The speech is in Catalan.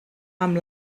amb